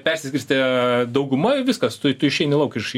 persiskirstė dauguma ir viskas tu tu išeini lauk iš